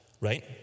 right